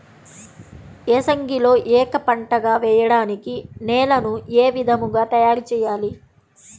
ఏసంగిలో ఏక పంటగ వెయడానికి నేలను ఏ విధముగా తయారుచేయాలి?